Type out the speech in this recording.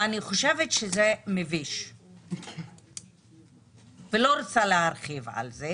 אני חושבת שזה מביש ולא רוצה להרחיב על זה